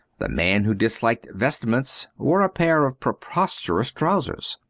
the man who disliked vestments wore a pair of preposterous trousers.